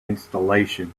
installation